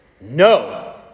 No